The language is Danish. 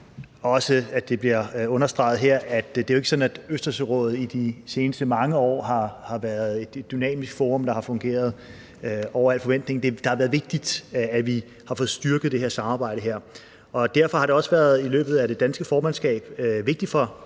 det jo ikke er sådan, at Østersørådet i de seneste mange år har været et dynamisk forum, der har fungeret over al forventning. Det har været vigtigt, at vi har fået styrket det her samarbejde, og derfor har det i løbet af det danske formandskab også